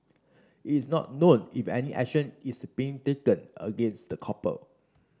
it's not known if any action is being taken against the couple